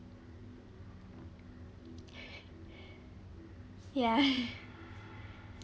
ya